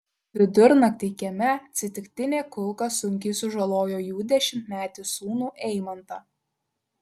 vidurnaktį kieme atsitiktinė kulka sunkiai sužalojo jų dešimtmetį sūnų eimantą